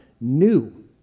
new